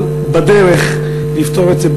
אבל בדרך לפתור את זה,